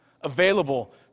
available